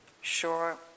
Sure